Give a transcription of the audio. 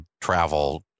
travel